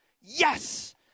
Yes